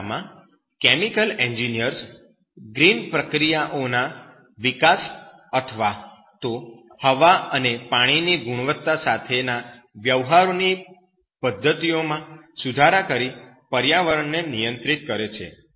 આ કિસ્સામાં chemical engineers green પ્રક્રિયાઓના વિકાસ અથવા તો હવા અને પાણીની ગુણવત્તા સાથેના વ્યવહારની પદ્ધતિઓમાં સુધારા કરી પર્યાવરણને નિયંત્રિત કરે છે